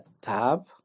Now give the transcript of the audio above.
Tab